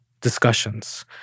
discussions